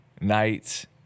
nights